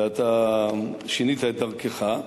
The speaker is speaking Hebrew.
ואתה שינית את דרכך,